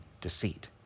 deceit